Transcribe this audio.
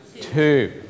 two